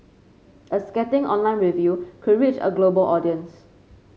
a scathing online review could reach a global audience